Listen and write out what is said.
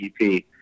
EP